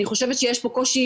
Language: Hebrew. אני חושבת שיש פה קושי